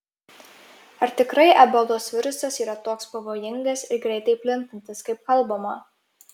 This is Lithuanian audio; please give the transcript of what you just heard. ar tikrai ebolos virusas yra toks pavojingas ir greitai plintantis kaip kalbama